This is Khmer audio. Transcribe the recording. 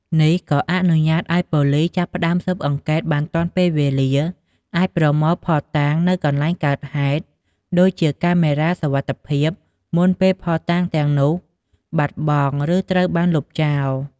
នេះក៏អនុញ្ញាតឲ្យប៉ូលិសចាប់ផ្ដើមស៊ើបអង្កេតបានទាន់ពេលវេលា អាចប្រមូលភស្តុតាងនៅកន្លែងកើតហេតុ ដូចជាកាមេរ៉ាសុវត្ថិភាព មុនពេលភស្តុតាងទាំងនោះបាត់បង់ ឬត្រូវបានលុបចោល។